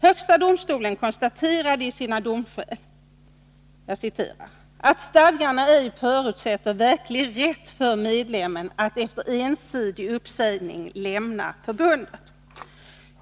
Högsta domstolen konstaterade i sina domskäl ”att stadgarna ej förutsätter verklig rätt för medlemmen att efter ensidig uppsägning lämna förbundet”.